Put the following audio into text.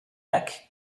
laque